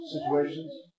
situations